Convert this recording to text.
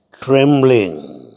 trembling